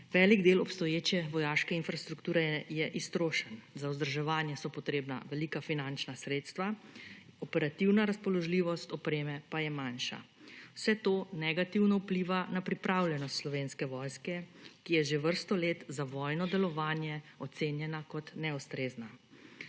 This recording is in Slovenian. Velik del obstoječe vojaške infrastrukture je iztrošen. Za vzdrževanje so potrebna velika finančna sredstva, operativna razpoložljivost opreme pa je manjša. Vse to negativno vpliva na pripravljenost Slovenske vojske, ki je že vrsto let za vojno delovanje ocenjena kot neustrezna.